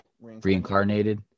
reincarnated